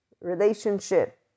relationship